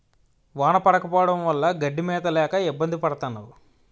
వాన పడకపోవడం వల్ల గడ్డి మేత లేక ఇబ్బంది పడతన్నావు